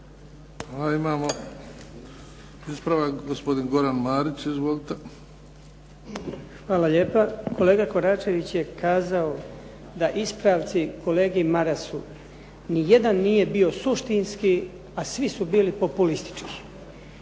Imamo ispravak, gospodin Goran Marić. Izvolite. **Marić, Goran (HDZ)** Hvala lijepa. Kolega Koračević je kazao da ispravci kolegi Marasu ni jedan nije bio suštinski, a svi su bili populistički.